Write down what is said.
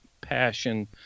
passion